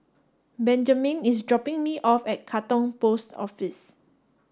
Benjamen is dropping me off at Katong Post Office